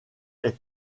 est